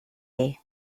you